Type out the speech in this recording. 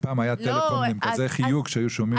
פעם היה טלפון עם חיוג שהיו שומעים בכל הבית.